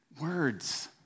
Words